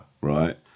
right